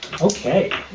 Okay